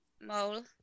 Mole